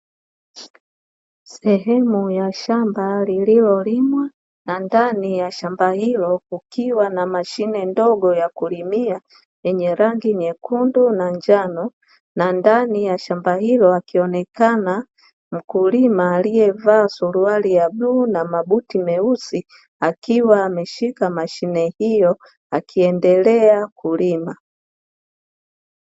Sehemu ya shamba lililolimwa na ndani ya shamba hilo kukiwa na mashine ndogo ya kulimia yenye rangi nyekundu na njano, na ndani ya shamba hilo akionekana mkulima aliyevaa suruali ya bluu na mabuti meusi akiwa ameshika mashine hiyo akiendelea kulima.